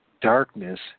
darkness